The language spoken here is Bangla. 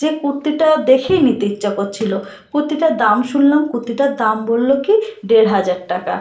যে কুর্তিটা দেখেই নিতে ইচ্চা করছিলো কুর্তিটার দাম শুনলাম কুর্তিটার দাম বললো কী ডেড় হাজার টাকা